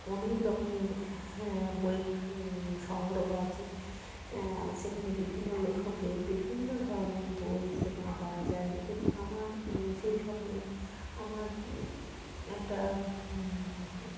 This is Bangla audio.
অনেক রকমের বইয়ের সংগ্রহ আছে সেখানে বিভিন্ন লেখকের বিভিন্ন ধরনের বই সেখানে পাওয়া যায় এবং আমার সেই স্বপ্নে আমার একটা